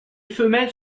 femelles